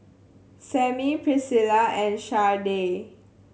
Sammie Priscilla and Shardae